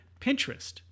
Pinterest